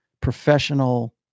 professional